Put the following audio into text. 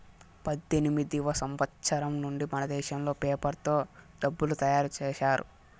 పద్దెనిమిదివ సంవచ్చరం నుండి మనదేశంలో పేపర్ తో డబ్బులు తయారు చేశారు